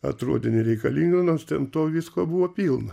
atrodė nereikalinga nors ten to visko buvo pilna